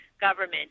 government